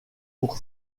pour